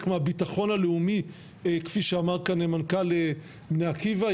מהביטחון הלאומי כפי שאמר כאן מנכ"ל בני עקיבא,